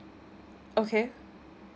okay